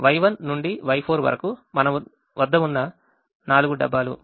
Y1 నుండి Y4 వరకు మన వద్ద ఉన్న 4 డబ్బాలు